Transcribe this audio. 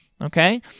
okay